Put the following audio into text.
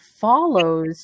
follows